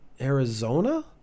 Arizona